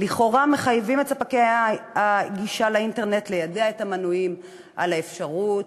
לכאורה מחייבות את ספקי הגישה לאינטרנט ליידע את המנויים על האפשרות